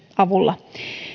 avulla